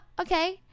okay